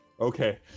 Okay